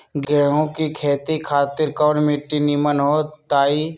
गेंहू की खेती खातिर कौन मिट्टी निमन हो ताई?